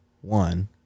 one